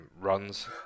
runs